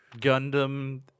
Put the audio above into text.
Gundam